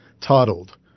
titled